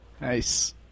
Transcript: Nice